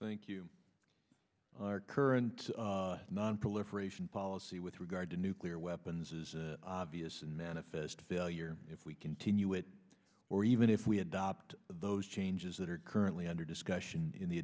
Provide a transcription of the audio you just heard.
think you are current nonproliferation policy with regard to nuclear weapons is obvious and manifest failure if we continue it or even if we adopt those changes that are currently under discussion in the